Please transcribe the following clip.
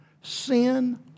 Sin